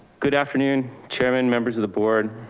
good afternoon chairman members of the board.